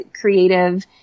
creative